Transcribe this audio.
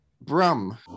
Brum